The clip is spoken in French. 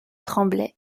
tremblay